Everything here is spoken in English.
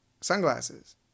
sunglasses